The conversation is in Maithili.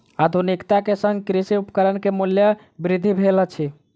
आधुनिकता के संग कृषि उपकरण के मूल्य वृद्धि भेल अछि